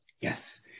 Yes